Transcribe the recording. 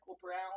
Brown